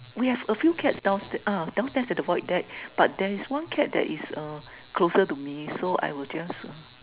we have a few cats down ah downstairs at the void deck but there is one cat that is closer to me so I will just